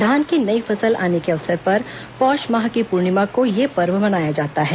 धान की नई फसल आने के अवसर पर पौष माह की पूर्णिमा को यह पर्व मनाया जाता है